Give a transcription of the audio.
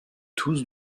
tous